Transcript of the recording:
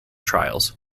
trials